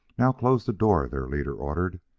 now close the doors! their leader ordered.